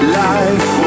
life